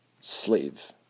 slave